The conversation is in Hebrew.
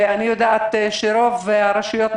אני יודעת שרוב הרשויות,